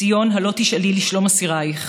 ציון, הלוא תשאלי לשלום אסירייך,